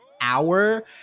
hour